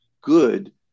good